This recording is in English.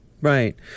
Right